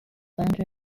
banjo